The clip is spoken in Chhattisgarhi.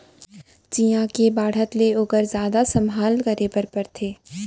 चियॉ के बाढ़त ले ओकर जादा संभाल करे बर परथे